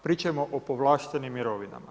Pričajmo o povlaštenim mirovinama.